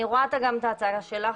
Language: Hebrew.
אני רואה גם את ההצעה שלך,